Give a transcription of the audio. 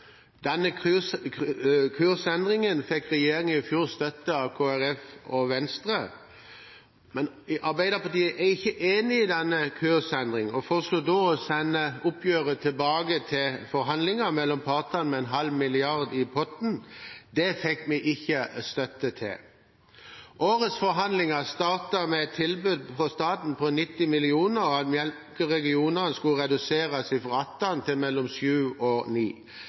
Denne kursendringen fikk regjeringen i fjor støtte til av Kristelig Folkeparti og Venstre, men Arbeiderpartiet er ikke enig i denne kursendringen. Vi foreslo å sende oppgjøret tilbake til forhandlinger mellom partene med en halv mrd. kr i potten, men det fikk vi ikke støtte til. Årets forhandlinger startet med et tilbud fra staten på 90 mill. kr samt at melkeregionene skulle reduseres fra 18 til mellom syv og ni